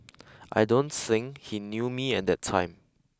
I don't think he knew me at that time